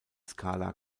skala